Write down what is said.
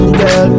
girl